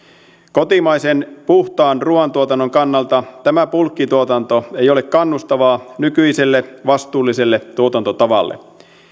kotimaisen puhtaan ruuantuotannon kannalta tämä bulkkituotanto ei ole kannustavaa nykyiselle vastuulliselle tuotantotavalle